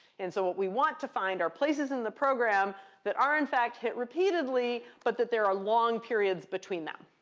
and so what we want to find are places in the program that are, in fact, hit repeatedly, but that there are long periods between them.